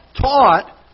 taught